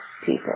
people